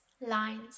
lines